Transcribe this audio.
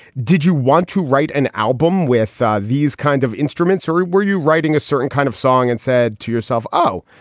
did you want to write an album with these kinds of instruments or were you writing a certain kind of song and said to yourself, oh,